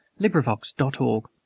LibriVox.org